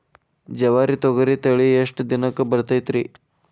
ಜವಾರಿ ತೊಗರಿ ತಳಿ ಎಷ್ಟ ದಿನಕ್ಕ ಬರತೈತ್ರಿ?